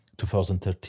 2013